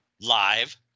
live